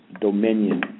dominion